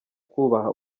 kubaha